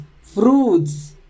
fruits